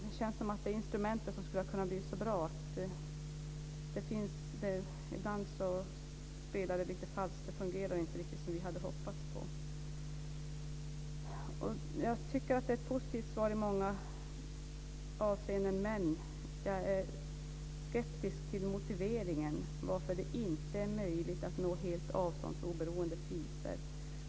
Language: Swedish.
Det känns som om detta instrument, som skulle ha blivit så bra, ibland spelar lite falskt. Det fungerar inte riktigt som vi hade hoppats. Jag tycker att det är ett positivt svar i många avseenden, men jag är skeptisk till motiveringen till varför det inte är möjligt att nå helt avståndsoberoende priser.